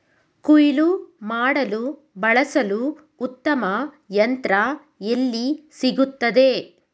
ಕುಯ್ಲು ಮಾಡಲು ಬಳಸಲು ಉತ್ತಮ ಯಂತ್ರ ಎಲ್ಲಿ ಸಿಗುತ್ತದೆ?